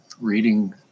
reading